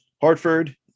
Hartford